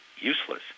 useless